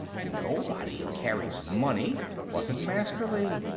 nobody carried money wasn't masterly.